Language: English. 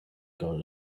girl